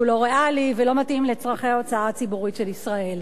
שהוא לא ריאלי ולא מתאים לצורכי ההוצאה הציבורית של ישראל.